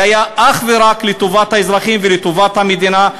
זה היה אך ורק לטובת האזרחים ולטובת המדינה.